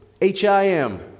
H-I-M